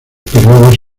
períodos